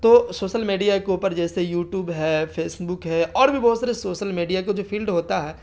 تو social media کے اوپر جیسے یو ٹوب ہے فیس بک ہے اور بھی بہت سارے سوسل میڈیا کے جو فیلڈ ہوتا ہے